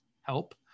help